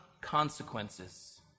consequences